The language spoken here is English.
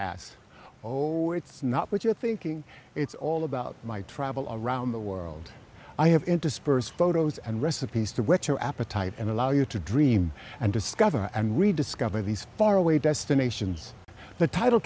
ass or it's not what you're thinking it's all about my travel all around the world i have interspersed photos and recipes to whet your appetite and allow you to dream and discover and rediscover these faraway destinations the title